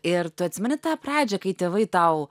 ir tu atsimeni tą pradžią kai tėvai tau